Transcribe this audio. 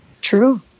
True